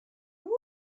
woot